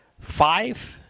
five